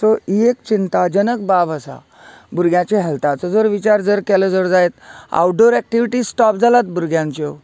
so ही एक चिंताजनक बाब आसा भुग्याच्या हेल्थाचो जर विचार जर केलो जायत आवटडोर एक्टिविटीस स्टोप जालात भुरग्यांच्यो